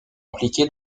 impliqué